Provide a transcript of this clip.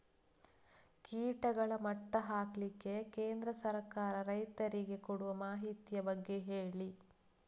ಕೀಟಗಳ ಮಟ್ಟ ಹಾಕ್ಲಿಕ್ಕೆ ಕೇಂದ್ರ ಸರ್ಕಾರ ರೈತರಿಗೆ ಕೊಡುವ ಮಾಹಿತಿಯ ಬಗ್ಗೆ ಹೇಳಿ